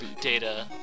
data